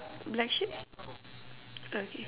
black sheep okay